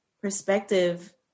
perspective